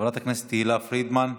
חברת הכנסת תהלה פרידמן.